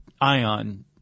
ion